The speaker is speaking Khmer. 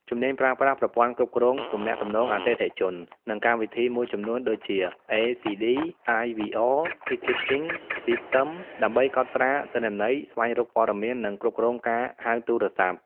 ជំនាញប្រើប្រាស់ប្រព័ន្ធគ្រប់គ្រងទំនាក់ទំនងអតិថិជន និងកម្មវិធីមួយចំនួន ដូចជា ACD, IVR, Ticketing System ដើម្បីកត់ត្រាទិន្នន័យ ស្វែងរកព័ត៌មាន និងគ្រប់គ្រងការហៅទូរស័ព្ទ។